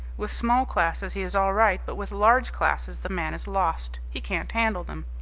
with small classes he is all right, but with large classes the man is lost. he can't handle them.